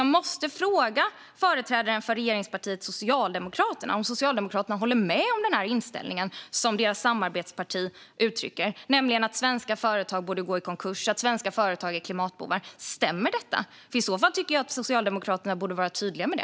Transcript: Jag måste därför fråga företrädaren för regeringspartiet Socialdemokraterna om Socialdemokraterna håller med om den inställning som deras samarbetsparti ger uttryck för - att svenska företag borde gå i konkurs och att de är klimatbovar. Stämmer detta? I så fall tycker jag att Socialdemokraterna borde vara tydliga med det.